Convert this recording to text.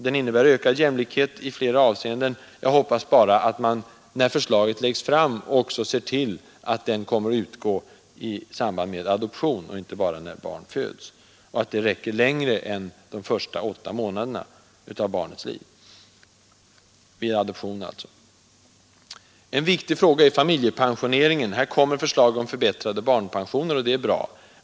Den innebär ökad jämlikhet i flera avseenden. Jag hoppas bara att man, när förslaget läggs fram, också ser till att försäkringen kommer att utgå i samband med adoption vid barnets En viktig fråga är familjepensioneringen. Förslag om förbättrade barnpensioner kommer att läggas fram. Det är bra.